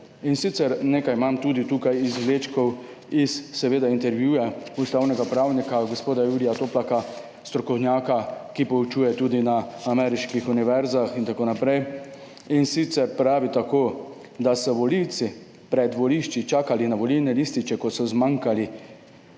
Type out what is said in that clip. In sicer, nekaj imam tudi tukaj izvlečkov iz seveda intervjuja ustavnega pravnika, gospoda Jurija Toplaka, strokovnjaka, ki poučuje tudi na ameriških univerzah in tako naprej, in sicer pravi tako, da so volivci pred volišči čakali na volilne lističe, ko so zmanjkali.